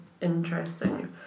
interesting